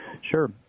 Sure